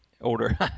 Older